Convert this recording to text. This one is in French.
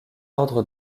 ordre